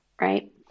Right